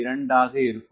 2 ஆக இருக்கும்